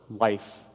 life